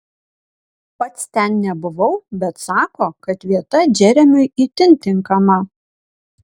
pats ten nebuvau bet sako kad vieta džeremiui itin tinkama